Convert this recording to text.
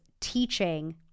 teaching